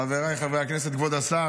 הכנסת, כבוד השר,